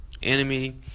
enemy